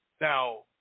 now